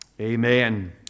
Amen